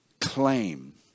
claim